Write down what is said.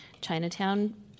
Chinatown